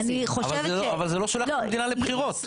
אבל זה לא שולח המדינה לבחירות.